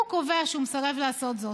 הוא קובע שהוא מסרב לעשות זאת.